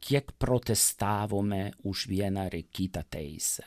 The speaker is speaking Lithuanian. kiek protestavome už vieną ar kitą teisę